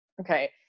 Okay